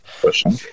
question